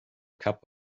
cup